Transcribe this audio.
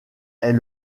est